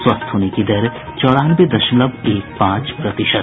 स्वस्थ होने की दर चौरानवे दशमलव एक पांच प्रतिशत